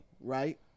Right